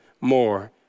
more